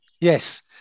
yes